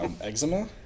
Eczema